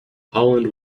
holland